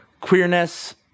queerness